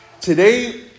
Today